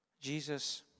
Jesus